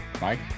Mike